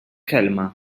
kelma